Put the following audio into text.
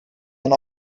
aan